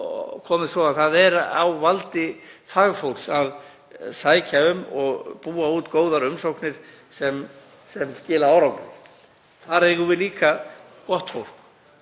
komið svo að það er á valdi fagfólks að sækja um og búa út góðar umsóknir sem skila árangri. Þar eigum við líka gott fólk